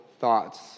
thoughts